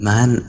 Man